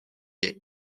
est